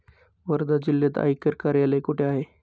वर्धा जिल्ह्यात आयकर कार्यालय कुठे आहे?